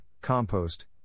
compost